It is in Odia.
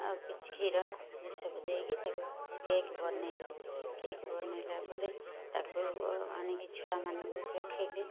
ଆଉ କିଛି କ୍ଷୀର ଏସବୁ ଦେଇକି ତାକୁ କେକ୍ ବନେଇଲି କେକ୍ ବନେଇଲା ପରେ ତାକୁ ଆଣିକି ଛୁଆମାନଙ୍କୁ ଚଖେଇଲି